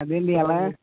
అదే అండి ఎలా